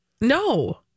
No